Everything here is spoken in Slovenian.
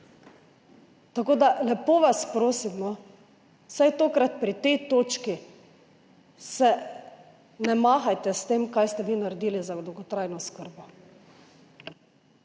Tako da vas lepo prosim, vsaj tokrat pri tej točki ne mahajte s tem, kaj ste vi naredili za dolgotrajno oskrbo.